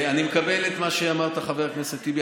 אני מקבל את מה שאמרת, חבר הכנסת טיבי.